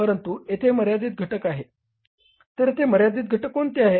परंतु येथे मर्यादित घटक आहेत तर यथे मर्यादित घटक कोणते आहेत